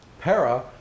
Para